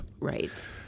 right